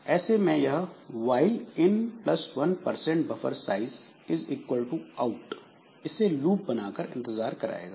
ऐसे में यह while n plus one percent buffer size is equal to out इसे लूप बनाकर इंतजार कराएगा